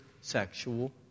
sexual